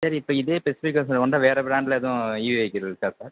சரி இப்போ இதே ஸ்பெசிஃபிகேஷன் கொண்ட வேறு ப்ராண்ட்டில் எதுவும் இ வெஹிக்கிள் இருக்கா சார்